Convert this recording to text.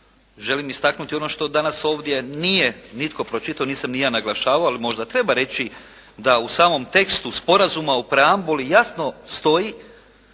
želim istaknuti ono što danas ovdje nije nitko pročitao, nisam ni ja naglašavao ali možda treba reći da u samom tekstu sporazuma o preambuli jasno stoji